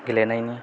गेलेनायनि